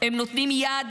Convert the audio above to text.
הם נותנים יד